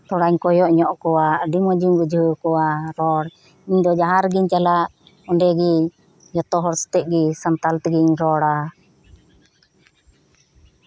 ᱛᱷᱚᱲᱟᱧ ᱠᱚᱭᱚᱜ ᱧᱚᱜ ᱠᱚᱼᱟ ᱟᱹᱰᱤ ᱢᱚᱸᱡᱽ ᱤᱧ ᱵᱩᱡᱷᱟᱹᱣ ᱠᱚᱣᱟ ᱨᱚᱲ ᱤᱧ ᱫᱚ ᱡᱟᱸᱦᱟ ᱨᱮᱜᱤᱧ ᱪᱟᱞᱟᱜ ᱚᱱᱰᱮᱜᱮ ᱡᱚᱛᱚ ᱦᱚᱲ ᱥᱟᱛᱮᱜ ᱜᱮ ᱥᱟᱱᱛᱟᱞ ᱛᱮᱜᱮᱧ ᱨᱚᱲᱟ